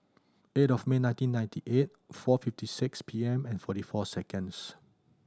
eight of May nineteen ninety eight four fifty six P M and forty four seconds